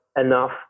enough